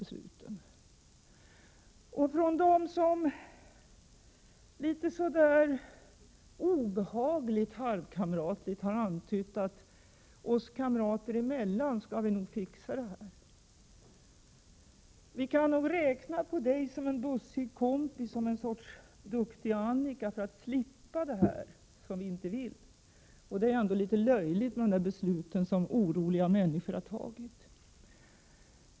Det finns personer som så där litet obehagligt halvkamratligt har antytt att oss kamrater emellan går det nog att fixa det här. Vi kan nog, har man menat, räkna med dig som en bussig kompis, som någon sorts duktig Annika för att slippa det här som vi inte vill — det är ändå litet löjligt med de där besluten som oroliga människor har fattat.